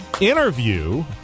interview